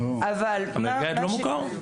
אמריקאי לא מוכר?